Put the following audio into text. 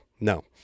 no